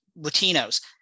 Latinos